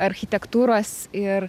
architektūros ir